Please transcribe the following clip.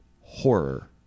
Horror